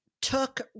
took